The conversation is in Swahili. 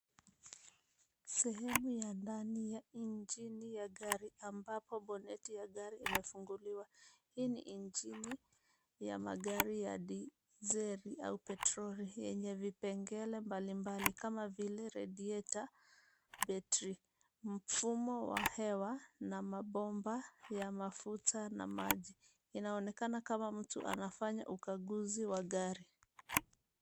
Sehemu ya ndani ya injini ya gari, ambapo boneti ya gari imefunguliwa. Hii ni injini ya magari ya dizeli au petroli yenye vipengele mbalimbali kama vile radiator , betri, mfumo wa hewa na mabomba ya mafuta na maji. Inaonekana kama mtu anafanya ukaguzi wa gari.